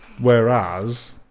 Whereas